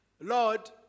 Lord